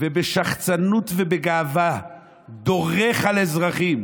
ובשחצנות ובגאווה דורך על אזרחים